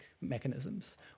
mechanisms